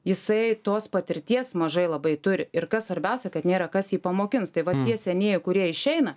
jisai tos patirties mažai labai turi ir kas svarbiausia kad nėra kas jį pamokins tai va tie senieji kurie išeina